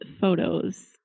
photos